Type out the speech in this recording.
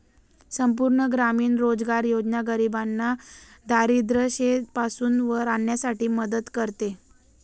संपूर्ण ग्रामीण रोजगार योजना गरिबांना दारिद्ररेषेपासून वर आणण्यासाठी मदत करते